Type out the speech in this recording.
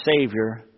Savior